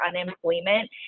unemployment